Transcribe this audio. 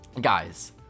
guys